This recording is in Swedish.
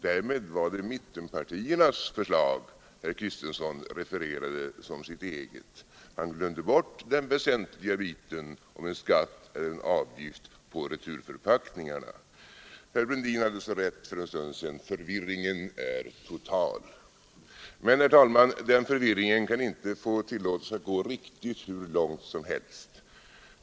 Därmed var det mittenpartiernas förslag herr Kristenson refererade som sitt eget. Han glömde bort den väsentliga biten om en avgift på returförpackningar. Herr Brundin hade så rätt för en stund sedan — förvirringen är total. Men, herr talman, den förvirringen kan inte få tillåtas att gå riktigt hur långt som helst.